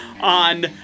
on